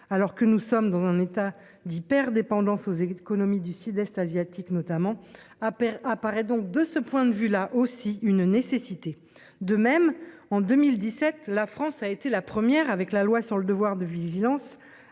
alors que nous sommes dans un état d'hyper-dépendance aux économies du Sud-Est asiatique notamment à apparaît donc de ce point de vue là aussi une nécessité de même en 2017, la France a été la première avec la loi sur le devoir de vigilance